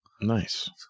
Nice